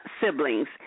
siblings